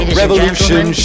revolution